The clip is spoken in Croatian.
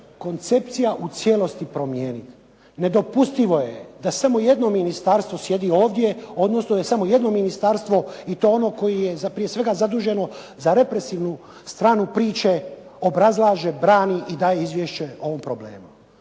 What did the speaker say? koncepcija u cijelosti promijeniti. Nedopustivo je da samo jedno ministarstvo sjedi ovdje, odnosno da je samo jedno ministarstvo i to ono koje je prije svega zaduženo za represivnu stranu priče, obrazlaže, brani i daje izvješće o ovom problemu.